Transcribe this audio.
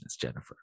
Jennifer